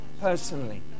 personally